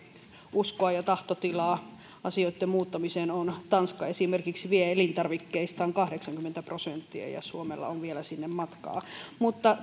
uskoa ja tahtotilaa asioitten muuttamiseen on tanska esimerkiksi vie elintarvikkeistaan kahdeksankymmentä prosenttia ja suomella on vielä sinne matkaa